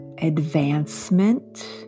Advancement